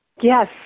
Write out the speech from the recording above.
Yes